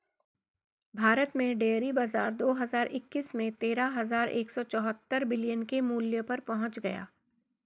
भारत में डेयरी बाजार दो हज़ार इक्कीस में तेरह हज़ार एक सौ चौहत्तर बिलियन के मूल्य पर पहुंच गया